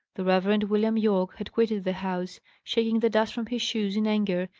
the reverend william yorke had quitted the house, shaking the dust from his shoes in anger,